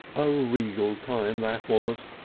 a regal time that was,